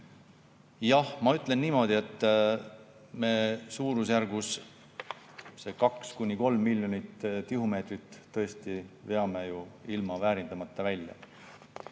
Jah, ma ütlen niimoodi, et me suurusjärgus 2–3 miljonit tihumeetrit tõesti veame ju ilma väärindamata välja.